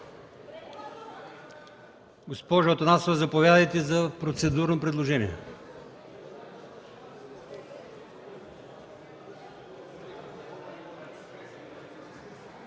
Госпожо Атанасова, заповядайте за процедурно предложение.